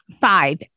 five